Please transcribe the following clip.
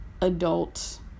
adult